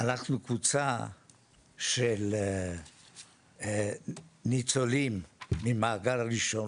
אנחנו קבוצה של ניצולים ממעגל ראשון,